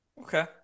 Okay